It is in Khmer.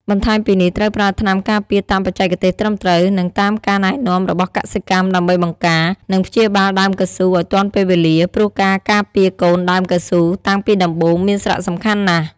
បន្ថែមពីនេះត្រូវប្រើថ្នាំការពារតាមបច្ចេកទេសត្រឹមត្រូវ និងតាមការណែនាំរបស់កសិកម្ម ដើម្បីបង្ការ និងព្យាបាលដើមកៅស៊ូឱ្យទាន់ពេលវេលា ព្រោះការការពារកូនដើមកៅស៊ូតាំងពីដំបូងមានសារៈសំខាន់ណាស់។